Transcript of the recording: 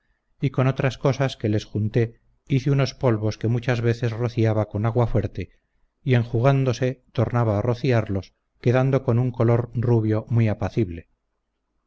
y con otras cosas que les junté hice unos polvos que muchas veces rociaba con agua fuerte y enjugándose tornaba a rociarlos quedando con un color rubio muy apacible